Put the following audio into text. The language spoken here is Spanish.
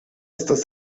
estas